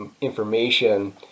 information